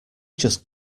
just